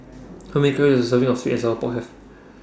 How Many Calories Does A Serving of Sweet and Sour Pork Have